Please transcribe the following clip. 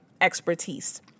expertise